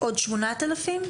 עוד 8,000?